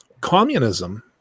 communism